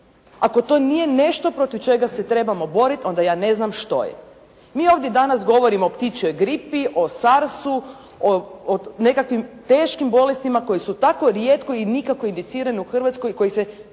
ako to nije nešto protiv čega se trebamo boriti onda ja ne znam što je. Mi ovdje danas govorimo o ptičjoj gripi, o sarsu, o nekakvim teškim bolestima koje su tako rijetko i nikako indicirane u Hrvatskoj, koje se